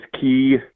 key